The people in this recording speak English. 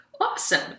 awesome